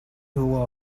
who